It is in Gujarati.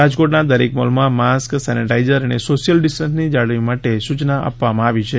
રાજકોટના દરેક મોલમાં માસ્ક સેનેટાઇઝર અને સોશ્યિલ ડિસ્ટન્સની જાળવણી માટે સુચના આપવામાં આવી છે